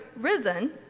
risen